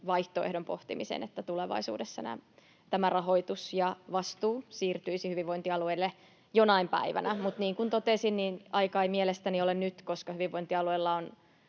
vaihtoehdon pohtimisen, että tulevaisuudessa tämä rahoitus ja vastuu siirtyisi hyvinvointialueille jonain päivänä, mutta niin kuin totesin, niin aika ei mielestäni ole nyt, koska hyvinvointialueilla on